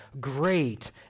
great